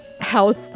health